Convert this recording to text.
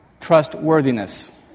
Trustworthiness